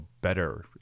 better